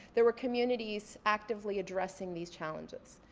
there were communities actively addressing these challenges.